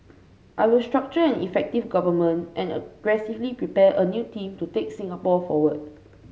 I will structure an effective Government and aggressively prepare a new team to take Singapore forward